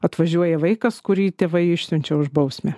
atvažiuoja vaikas kurį tėvai išsiunčia už bausmę